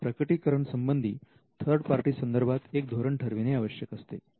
तेव्हा प्रकटीकरण संबंधी थर्ड पार्टी संदर्भात एक धोरण ठरविणे आवश्यक असते